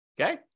okay